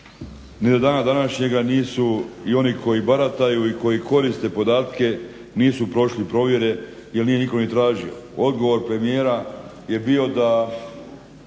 do dana današnjega nisu i oni koji barataju i koji koriste podatke nisu prošli provjere jer nije nitko ni tražio. Odgovor premijera je bio da